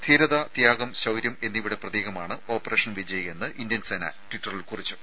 ധീരത ത്യാഗം ശൌര്യം എന്നിവയുടെ പ്രതീകമാണ് ഓപ്പറേഷൻ വിജയ് എന്ന് ഇന്ത്യൻ സേന ട്വിറ്ററിൽ പറഞ്ഞു